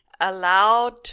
allowed